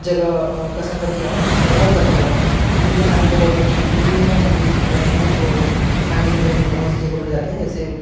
جگہ کا سفر کیا ہو بہت دفعہ ہوا ہے کیونکہ میں کھانے کا بہت زیادہ شوقین بھی ہوں اور دلی جیسے شہر میں ہوں تو کھانے کے لیے ہم لوگ بہت سی جگہ پر جاتے ہیں جیسے